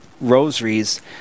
rosaries